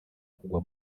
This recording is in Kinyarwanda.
kugwa